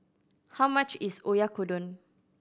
how much is Oyakodon